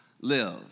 live